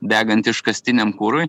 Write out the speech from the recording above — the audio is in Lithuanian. degant iškastiniam kurui